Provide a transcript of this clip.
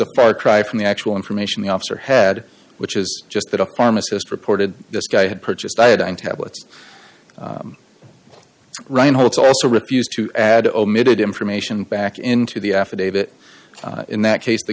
a far cry from the actual information the officer had which is just that a pharmacist reported this guy had purchased iodine tablets reinhold also refused to add omitted information back into the affidavit in that case the